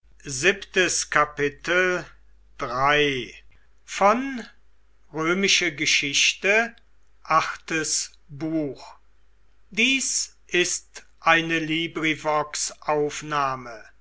sind ist eine